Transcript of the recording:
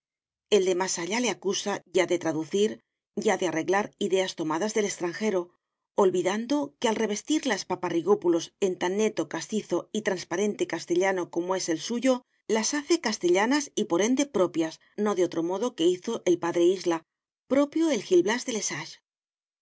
el de más allá le acusa ya de traducir ya de arreglar ideas tomadas del extranjero olvidando que al revestirlas paparrigópulos en tan neto castizo y transparente castellano como es el suyo las hace castellanas y por ende propias no de otro modo que hizo el p isla propio el gil blas de